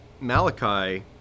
Malachi